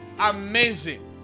Amazing